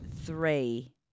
three